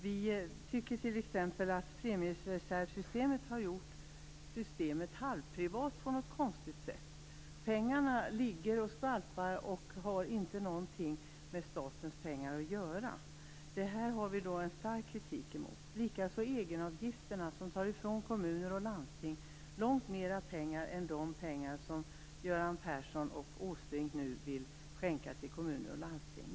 Vi tycker t.ex. att premiereservsystemet har gjort systemet halvprivat på något konstigt sätt. Pengarna ligger och skvalpar och har inte någonting med statens pengar att göra. Det har vi stark kritik emot. Detsamma gäller egenavgifterna, som tar ifrån kommuner och landsting långt mer pengar än de pengar som Göran Persson och Erik Åsbrink nu vill skänka till kommuner och landsting.